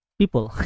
people